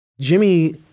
Jimmy